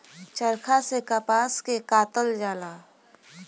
चरखा से कपास के कातल जाला